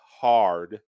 hard